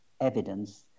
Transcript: evidence